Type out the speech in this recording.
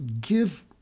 give